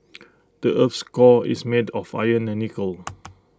the Earth's core is made of iron and nickel